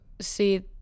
see